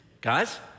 guys